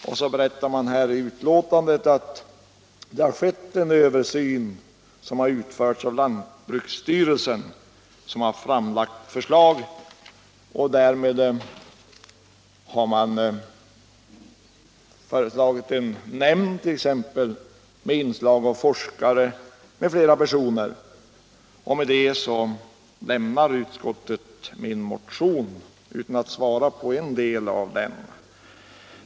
I betänkandet nämns också att lantbruksstyrelsen har utfört en översyn och föreslagit att en nämnd bestående av forskare m.fl. personer skall inrättas. Med detta lämnar utskottet min motion utan att besvara allt i den.